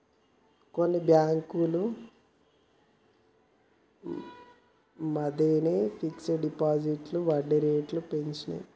కొన్ని బ్యేంకులు యీ మద్దెనే ఫిక్స్డ్ డిపాజిట్లపై వడ్డీరేట్లను పెంచినియ్